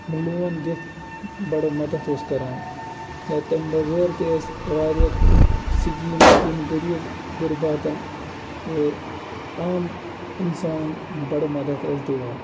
لون دِتھ بَڑٕ مَدد اوس کَران یا تمہِ بَغٲر تہِ ٲسۍ واریاہ سِکیٖم یِم غریٖب غُرباتَن عام اِنسانَن بَڑٕ مَدد ٲسۍ دِوان